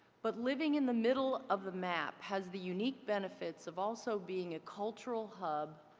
but living in the middle of the map has the unique benefits of also being a cultural hub.